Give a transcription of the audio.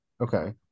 Okay